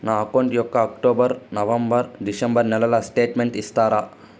నా అకౌంట్ యొక్క October, November, December నెలల స్టేట్మెంట్ ఇస్తారా?